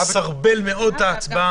זה יסרבל מאוד את ההצבעה.